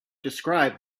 described